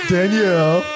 Danielle